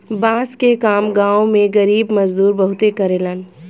बांस के काम गांव में गरीब मजदूर बहुते करेलन